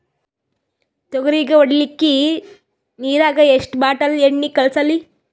ತೊಗರಿಗ ಹೊಡಿಲಿಕ್ಕಿ ನಿರಾಗ ಎಷ್ಟ ಬಾಟಲಿ ಎಣ್ಣಿ ಕಳಸಲಿ?